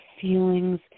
feelings